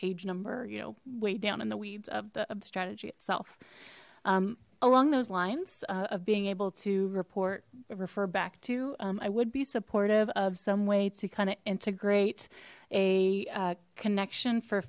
page number you know way down in the weeds of the strategy itself along those lines of being able to report refer back to i would be supportive of some way to kind of integrate a connection for